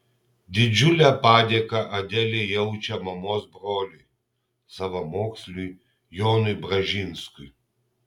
didžiulę padėką adelė jaučia mamos broliui savamoksliui jonui bražinskui